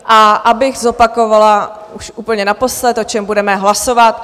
A abych zopakovala už úplně naposled, o čem budeme hlasovat.